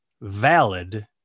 valid